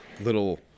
little